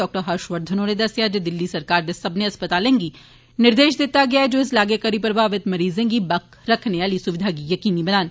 doctor Harsh Vardhan होरें दस्सेया जे दिल्ली सरकार दे सब्बने अस्पतालें गी निर्देश दिता गेया ऐ जे ओ इस लागै करी प्रभावित मरीजें गी बक्ख रक्खने आली स्विधा गी यकीनी बनान